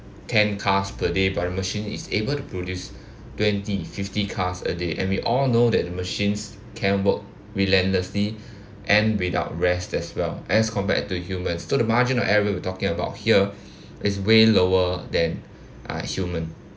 ten cars per day but a machine is able to produce twenty fifty cars a day and we all know that machines can work relentlessly and without rest as well as compared to human so the margin of error we're talking about here is way lower than uh human